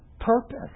purpose